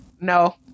No